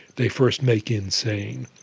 the first make insane.